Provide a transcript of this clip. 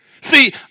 See